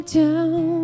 down